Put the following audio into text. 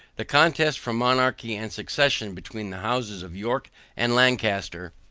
the contest for monarchy and succession, between the houses of york and lancaster,